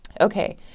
okay